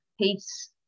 peace